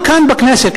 גם כאן בכנסת,